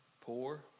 poor